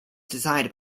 designed